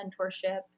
mentorship